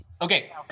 Okay